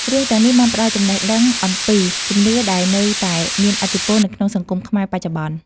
រឿងទាំងនេះបានផ្តល់ចំណេះដឹងអំពីជំនឿដែលនៅតែមានឥទ្ធិពលនៅក្នុងសង្គមខ្មែរបច្ចុប្បន្ន។